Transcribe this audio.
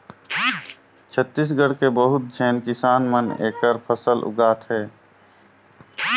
छत्तीसगढ़ के बहुत झेन किसान मन एखर फसल उगात हे